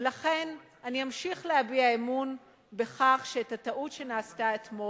ולכן אני אמשיך להביע אמון בכך שאת הטעות שנעשתה אתמול,